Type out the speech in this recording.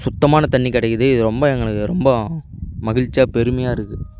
சுத்தமான தண்ணீ கிடைக்குது இது ரொம்ப எங்களுக்கு ரொம்ப மகிழ்ச்சியாக பெருமையாக இருக்குது